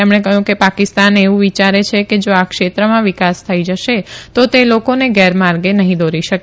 તેમણે કહયું કે પાકિસ્તાન એવુ વિયારે છે કે જા આ ક્ષેત્રમાં વિકાસ થઈ જશે તો તે લોકોને ગેરમાર્ગે નહી દોરી શકે